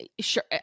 sure